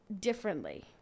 differently